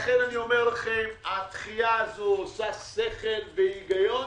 לכן הדחייה הזו עושה שכל והיגיון,